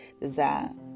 design